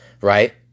right